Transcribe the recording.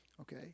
Okay